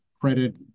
credit